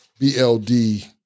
BLD